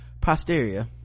posterior